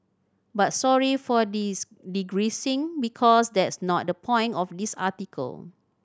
but sorry for dis digressing because that's not the point of this article